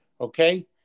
Okay